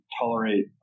tolerate